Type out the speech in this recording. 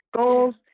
goals